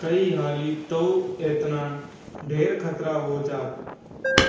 कई हाली तअ एतना ढेर खतरा हो जात